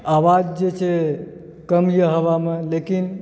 आवाज जे छै कम यऽ हवामे लेकिन